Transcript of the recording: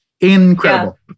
incredible